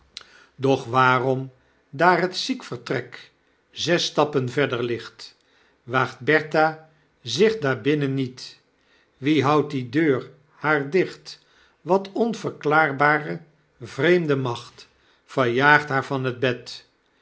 doch waarom daar het ziekvertrek zes stappen verier ligt waagt bertha zich daarbinnen niet wie houdt die deur haar dicht wat onverklaarbre vreemde macht verjaagt haar van het bed